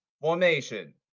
formation